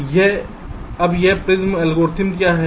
अब यह Prim's algorithm क्या करता है